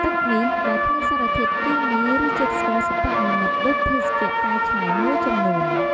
ទឹកនេះដែលគ្មានសារធាតុគីមី ឬជាតិស្ករសិប្បនិមិត្តដូចភេសជ្ជៈកែច្នៃមួយចំនួន។